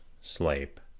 sleep